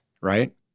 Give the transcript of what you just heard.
right